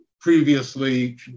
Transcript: previously